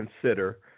consider